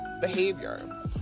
behavior